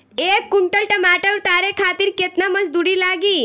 एक कुंटल टमाटर उतारे खातिर केतना मजदूरी लागी?